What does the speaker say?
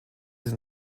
sind